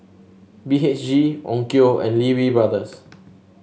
B H G Onkyo and Lee Wee Brothers